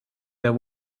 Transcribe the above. their